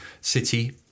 City